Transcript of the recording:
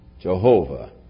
Jehovah